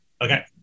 Okay